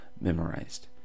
memorized